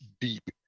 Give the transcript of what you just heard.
deep